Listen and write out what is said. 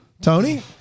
Tony